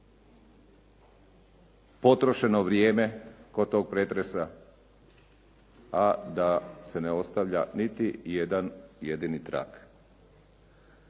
potrošeno vrijeme kod tog pretresa, a da se ne ostavlja niti jedan jedini trag.